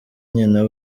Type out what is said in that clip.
nyina